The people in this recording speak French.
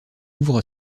ouvre